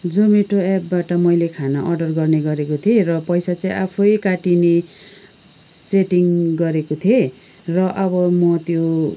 जोमेटो एपबाट मैले खाना अर्डर गर्ने गरेको थिएँ र पैसा चाहिँ आफै काटिने सेटिङ गरेको थिएँ र अब म त्यो